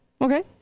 Okay